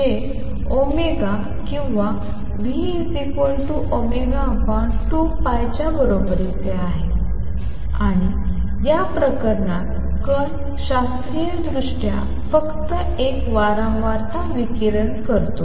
जे ω किंवा ν2π च्या बरोबरीचे आहे आणि या प्रकरणात कण शास्त्रीयदृष्ट्या फक्त एक वारंवारता विकिरण करतो